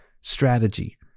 strategy